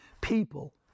people